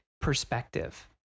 perspective